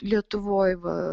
lietuvoj va